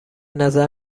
نظر